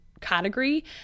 Category